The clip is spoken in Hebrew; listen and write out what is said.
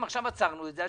אם עכשיו עצרנו את זה.